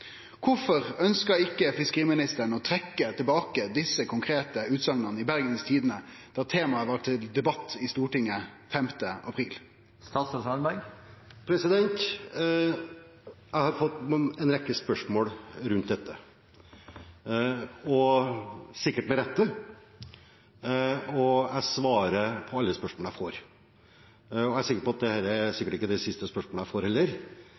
Hvorfor ønsket ikke fiskeriministeren å trekke tilbake disse konkrete utsagnene i Bergens Tidende da temaet var til debatt i Stortinget 5. april?» Jeg har fått en rekke spørsmål rundt dette – sikkert med rette – og jeg svarer på alle spørsmål jeg får. Dette spørsmålet er sikkert heller ikke det